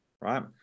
right